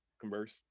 converse